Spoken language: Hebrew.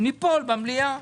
ייפול במליאה.